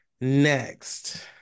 Next